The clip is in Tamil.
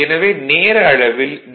எனவே நேர அளவில் டி